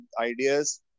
ideas